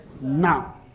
now